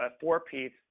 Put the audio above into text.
four-piece